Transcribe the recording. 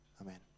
Amen